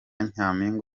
nyampinga